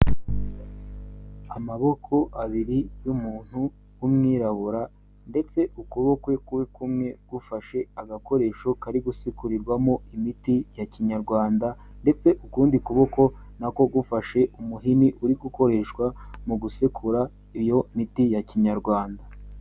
Amaboko abiri y'umuntu w'umwirabura ndetse ukuboko kwe kumwe gufashe agakoresho kari gusekurirwamo imiti ya Kinyarwanda ndetse ukundi kuboko na ko gufashe umuhini uri gukoreshwa mu gusekura iyo miti ya Kinyarwanda.